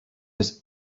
its